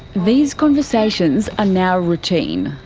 these conversations are now routine.